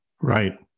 right